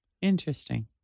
Interesting